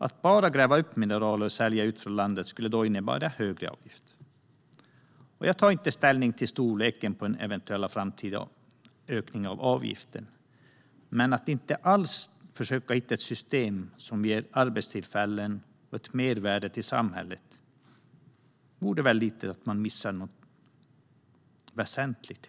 Att bara gräva upp mineraler och sälja ut från landet skulle innebära högre avgift. Jag tar inte ställning till storleken på en eventuell framtida ökning av avgiften, men att inte alls försöka ta fram ett system som ger arbetstillfällen och ett mervärde till samhället är att missa något väsentligt.